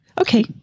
Okay